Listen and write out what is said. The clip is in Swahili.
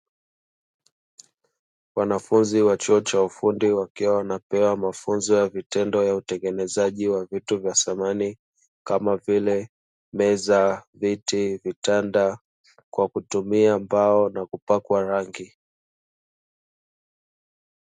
Wanafunzi wa chuo cha ufundi wakiwa wanapewa mafunzo ya vitendo ya utengenezaji wa vitu vya samani, kama vile: meza, viti, vitanda; kwa kutumia mbao na kupakwa rangi.